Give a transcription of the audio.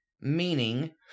Meaning